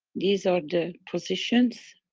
these are the positions,